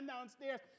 downstairs